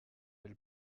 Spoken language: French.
elle